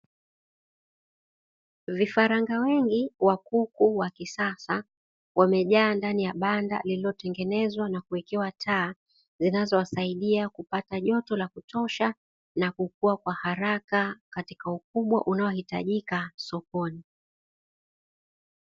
Vifaranga wengi wa kuku wa kisasa wamejaa ndani ya banda lilotengenezwa na kuwekewa taa, zinazowasaidia kupata joto la kutosha na kukua kwa haraka katika ukubwa unaohitajika sokoni.